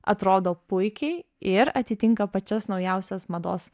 atrodo puikiai ir atitinka pačias naujausias mados